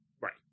Right